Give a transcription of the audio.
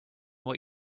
what